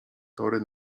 tory